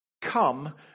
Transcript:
come